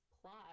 plot